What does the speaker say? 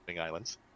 islands